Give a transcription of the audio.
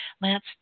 Lance